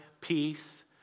peace